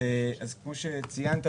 כפי שציינת,